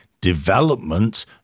development